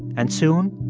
and soon,